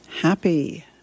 Happy